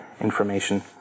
information